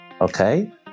okay